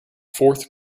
fourth